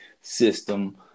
system